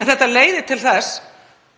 Þetta leiðir til þess